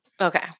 Okay